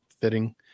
fitting